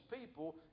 people